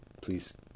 please